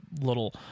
little